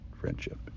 friendship